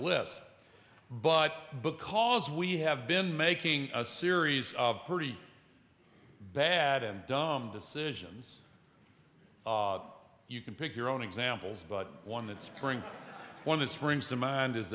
list but because we have been making a series of pretty bad and dumb decisions you can pick your own examples but one that springs one that springs to mind is